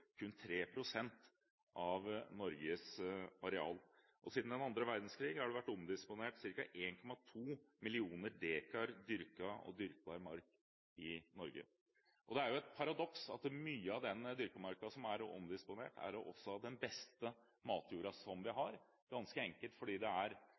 kun 3 pst. av Norges areal. Siden den andre verdenskrigen har det vært omdisponert ca. 1,2 millioner dekar dyrket og dyrkbar mark i Norge. Det er et paradoks at mye av den dyrkede marka som er omdisponert, også er av den beste matjorda vi